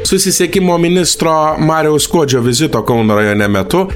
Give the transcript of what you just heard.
susisiekimo ministro mariaus skuodžio vizito kauno rajone metu